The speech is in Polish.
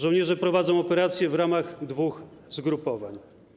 Żołnierze prowadzą operacje w ramach dwóch zgrupowań.